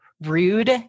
rude